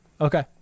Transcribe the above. Okay